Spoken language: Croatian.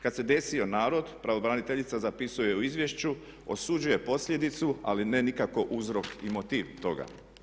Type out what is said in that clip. Kad se desio narod pravobraniteljica zapisuje u izvješću osuđuje posljedicu ali ne nikako uzrok i motiv toga.